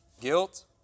Guilt